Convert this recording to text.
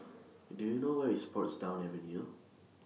Do YOU know Where IS Portsdown Avenue